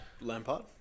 Lampard